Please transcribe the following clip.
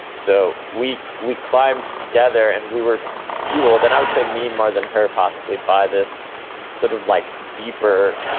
so we we climbed together and we were fueled, and i would say me more than her possibly by this sort of like deeper,